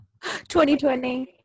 2020